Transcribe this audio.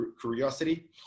curiosity